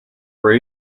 were